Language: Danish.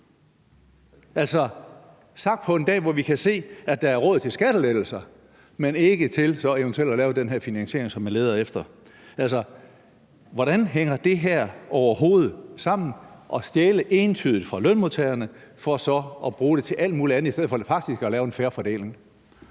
altså sagt på en dag, hvor vi kan se, at der er råd til skattelettelser, men ikke til så eventuelt at lave den her finansiering, som man leder efter. Altså, hvordan hænger det her overhovedet sammen – at stjæle entydigt fra lønmodtagerne for så at bruge det til alt muligt andet i stedet for faktisk at lave en fair fordeling?